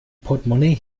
portemonnaie